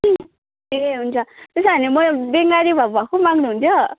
ए हुन्छ त्यसो भने म बङ्गाली भए भक्कु माग्नुहुन्थ्यो